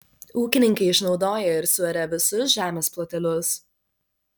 ūkininkai išnaudoja ir suaria visus žemės plotelius